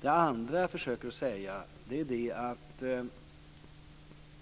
Det andra jag försöker säga är att vi inte